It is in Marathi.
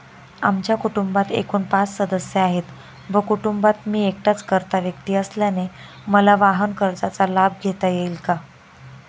आमच्या कुटुंबात एकूण पाच सदस्य आहेत व कुटुंबात मी एकटाच कर्ता व्यक्ती असल्याने मला वाहनकर्जाचा लाभ घेता येईल का?